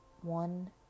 One